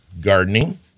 Gardening